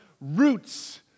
roots